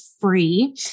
free